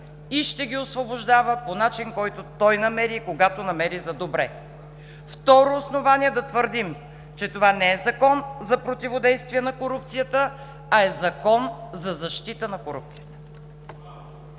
и ще ги освобождава по начин, който той намери и когато намери за добре. Второ основание да твърдим, че това не е Закон за противодействие на корупцията, а е закон за защита на корупцията.